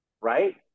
right